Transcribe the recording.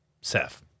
Seth